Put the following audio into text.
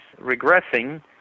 regressing